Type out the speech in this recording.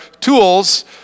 tools